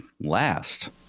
last